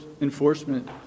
enforcement